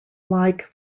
like